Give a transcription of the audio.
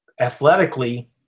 athletically